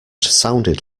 sounded